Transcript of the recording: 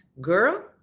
Girl